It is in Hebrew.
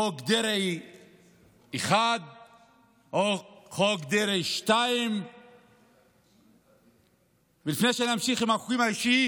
חוק דרעי 1 או חוק דרעי 2. לפני שנמשיך עם החוקים האישיים,